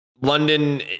London